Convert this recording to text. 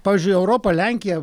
pavyzdžiui europa lenkija